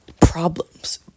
problems